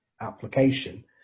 application